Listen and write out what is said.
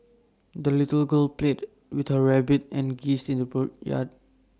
the little girl played with her rabbit and geese in the yard